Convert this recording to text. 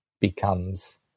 becomes